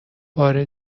بار